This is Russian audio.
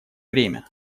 время